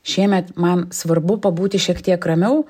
šiemet man svarbu pabūti šiek tiek ramiau